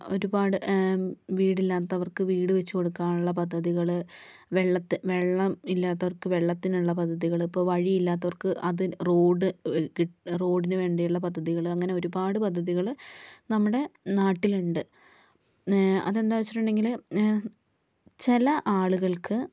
ഒരുപാട് വീടില്ലാത്തവർക്ക് വീട് വെച്ച് കൊടുക്കാനുള്ള പദ്ധതികള് വെള്ളത്തെ വെള്ളമില്ലാത്തവർക്ക് വെള്ളത്തിനുള്ള പദ്ധതികള് ഇപ്പോൾ വഴിയില്ലാത്തവർക്ക് അത് റോഡ് കിട്ടാ റോഡിനു വേണ്ടിയുള്ള പദ്ധതികള് അങ്ങനെ ഒരുപാട് പദ്ധതികള് നമ്മുടെ നാട്ടിലുണ്ട് അത് എന്താ വെച്ചിട്ടുണ്ടെങ്കില് ചില ആളുകൾക്ക്